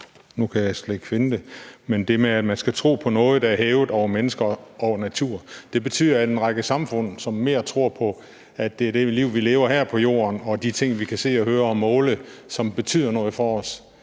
nu kan jeg slet ikke finde det – med, at man skal tro på noget, der er hævet over mennesker og over natur. Det betyder, at en række samfund, som mere tror på, at det er det liv, vi lever her på jorden, og de ting, vi kan se og høre og måle, som betyder noget for os,